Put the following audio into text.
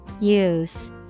Use